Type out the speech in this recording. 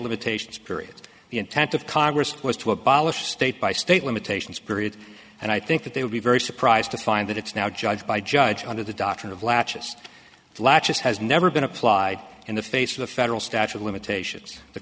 limitations period the intent of congress was to abolish state by state limitations period and i think that they would be very surprised to find that it's now judged by judge under the doctrine of latches latches has never been applied in the face of the federal statute limitations the